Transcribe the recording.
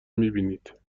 میبینید